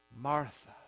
Martha